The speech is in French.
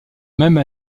même